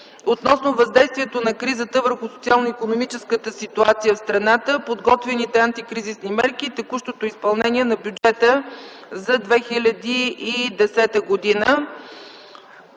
относно въздействието на кризата върху социално-икономическата ситуация в страната, подготвените антикризисни мерки и текущото изпълнение на бюджета за 2010 г.